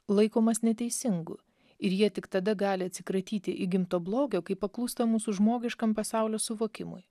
laikomas neteisingu ir jie tik tada gali atsikratyti įgimto blogio kaip paklūsta mūsų žmogiškam pasaulio suvokimui